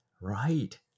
Right